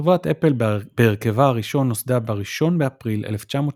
חברת אפל בהרכבה הראשון נוסדה ב-1 באפריל 1976